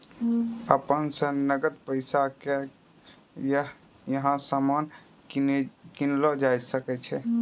अपना स नकद पैसा दै क यहां सामान कीनलो जा सकय छै